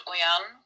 Oyan